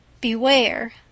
Beware